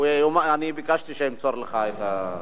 לא אמרת איזו רשת.